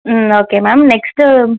ம் okay ma'am next